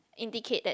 indicate that